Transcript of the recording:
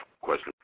question